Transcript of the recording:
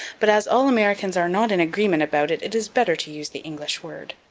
but as all americans are not in agreement about it it is better to use the english word.